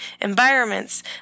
environments